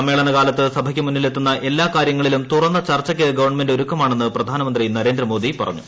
സമ്മേളന കാലത്ത് സഭയ്ക്ക് മുന്നിലെത്തുന്ന എല്ല്ക് കാര്യങ്ങളിലും തുറന്ന ചർച്ചയ്ക്ക് ഗവൺമെന്റ് ഒരുക്കമാണെന്റ് പ്രെധാനമന്ത്രി നരേന്ദ്ര മോദി പറഞ്ഞു